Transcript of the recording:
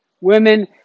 Women